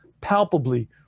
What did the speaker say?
palpably